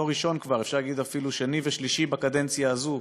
לא ראשון כבר, אפילו שני ושלישי בקדנציה הזאת,